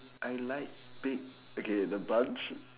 I like big okay the buns